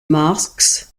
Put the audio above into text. masks